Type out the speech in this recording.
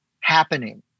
happening